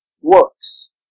works